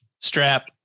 strap